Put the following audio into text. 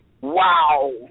wow